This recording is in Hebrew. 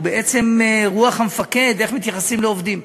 הוא בעצם "רוח המפקד" איך מתייחסים לעובדים.